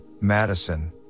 Madison